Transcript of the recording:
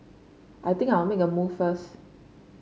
I think I'll make a move first